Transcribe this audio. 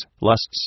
lusts